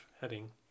heading